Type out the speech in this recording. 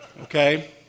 Okay